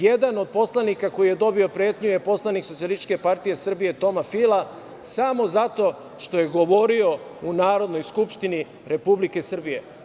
Jedan od poslanika koji je dobio pretnju je poslanik SPS, Toma Fila, samo zato što je govorio u Narodnoj skupštini Republike Srbije.